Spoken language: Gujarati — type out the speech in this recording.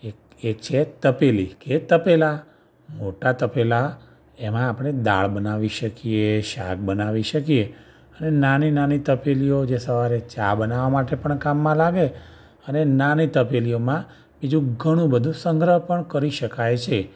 એક એક છે તપેલી કે તપેલાં મોટાં તપેલાં એમાં આપણે દાળ બનાવી શકીએ શાક બનાવી શકીએ અને નાની નાની તપેલીઓ જે સવારે ચા બનાવવા માટે પણ કામમાં લાગે અને નાની તપેલીઓમાં બીજું ઘણું બધું સંગ્રહ પણ કરી શકાય છે